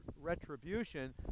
retribution